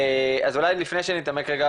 אז אולי לפני שנתעמק רגע,